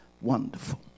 wonderful